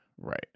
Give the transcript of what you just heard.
Right